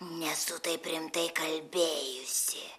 nesu taip rimtai kalbėjusi